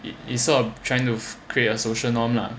it is sort of trying to create a social norm lah